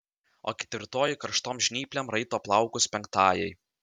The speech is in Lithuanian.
o ketvirtoji karštom žnyplėm raito plaukus penktajai